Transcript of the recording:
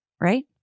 right